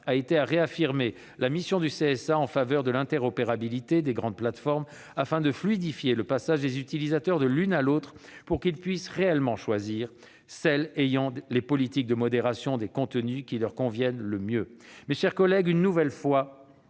a été réaffirmée la mission du CSA en faveur de l'interopérabilité des grandes plateformes, afin de fluidifier le passage des utilisateurs de l'une à l'autre ; ceux-ci pourront réellement choisir les plateformes dont les politiques de modération des contenus leur conviennent le mieux. Mes chers collègues, une nouvelle fois,